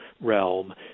realm